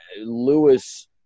Lewis –